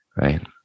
Right